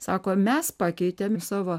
sako mes pakeitėm savo